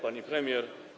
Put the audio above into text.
Pani Premier!